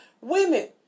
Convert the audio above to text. women